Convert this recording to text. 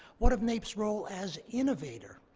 what of naep's role as innovator?